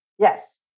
Yes